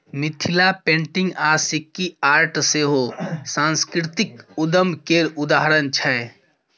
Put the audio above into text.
Mithila painting आ Sikki art सेहो सास्कृतिक उद्यम केर उदाहरण छै